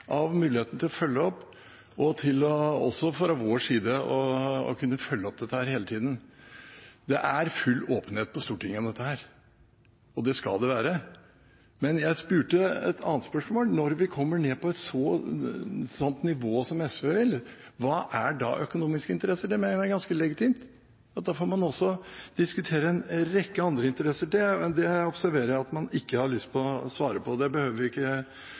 av muligheten til å følge opp og også fra vår side å kunne følge opp dette hele tiden. Det er full åpenhet på Stortinget om dette, og det skal det være. Men jeg stilte spørsmål om når vi kommer ned på et slikt nivå som SV vil – hva er da økonomiske interesser? Det mener jeg er ganske legitimt, at da får man også diskutere en rekke andre interesser. Det observerer jeg at man ikke har lyst til å svare på, og det behøver vi ikke